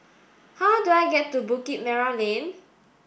how do I get to Bukit Merah Lane